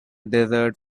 desert